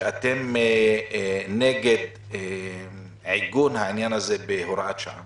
שאתם נגד עיגון העניין הזה בהוראת שעה